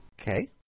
Okay